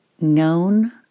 known